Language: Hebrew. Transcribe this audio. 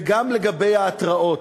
וגם לגבי ההתראות,